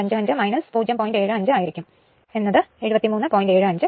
75 kilowatt ആയിരികുമലോ